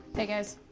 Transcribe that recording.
hey, guys.